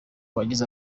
bagize